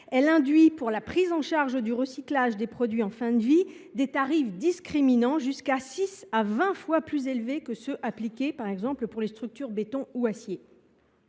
elle induit pour la prise en charge du recyclage des produits en fin de vie des tarifs discriminants, jusqu’à six à vingt fois plus élevés que ceux qui sont appliqués, par exemple, aux structures en béton ou en acier.